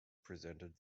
presented